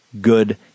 good